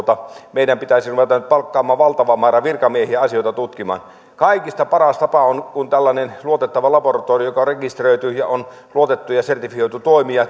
meidän pitäisi ruveta nyt palkkaamaan valtava määrä virkamiehiä asioita tutkimaan kaikista paras tapa on kun tällainen luotettava laboratorio joka on rekisteröity ja on luotettu ja sertifioitu toimija